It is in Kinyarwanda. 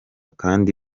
kandi